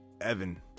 Evan